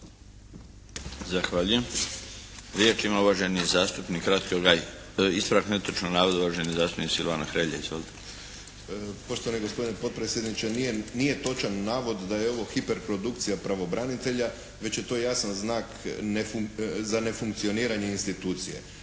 Zahvaljujem. Riječ ima uvaženi zastupnik Ratko Gajica. Ispravak netočnog navoda, uvaženi zastupnik Silvano Hrelja. Izvolite. **Hrelja, Silvano (HSU)** Poštovani gospodine potpredsjedniče, nije točan navod da je ovo hiperprodukcija pravobranitelja već je to jasan znak za nefunkcioniranje institucije.